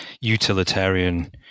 utilitarian